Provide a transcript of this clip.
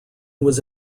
was